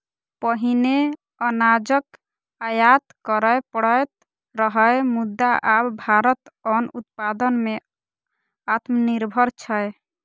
पहिने अनाजक आयात करय पड़ैत रहै, मुदा आब भारत अन्न उत्पादन मे आत्मनिर्भर छै